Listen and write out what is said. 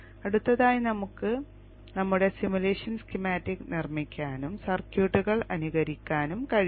അടുത്തതായി നമുക്ക് നമ്മുടെ സിമുലേഷൻ സ്കീമാറ്റിക്സ് നിർമ്മിക്കാനും സർക്യൂട്ടുകൾ അനുകരിക്കാനും കഴിയും